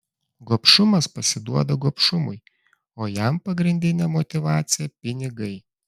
gobšumas pasiduoda gobšumui o jam pagrindinė motyvacija pinigai